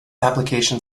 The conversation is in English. application